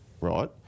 right